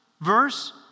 verse